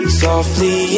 softly